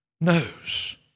knows